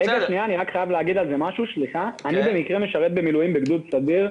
אני במקרה משרת במילואים בגדוד סדיר,